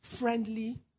friendly